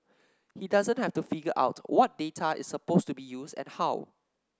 he doesn't have to figure out what data is supposed to be used and how